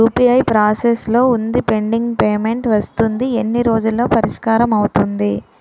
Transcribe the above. UPI process లో వుందిపెండింగ్ payment వస్తుంది ఎన్ని రోజుల్లో పరిష్కారం అవుతుంది